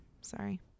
Sorry